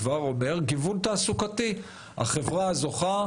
כמה אנשים עם מוגבלות תעסיק החברה הזוכה,